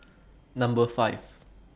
Number five